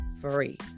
free